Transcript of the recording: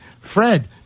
Fred